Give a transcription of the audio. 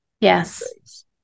yes